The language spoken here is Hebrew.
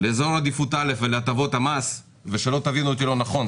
לאזור עדיפות א' ולהטבות המס ושלא תבינו אותי לא נכון,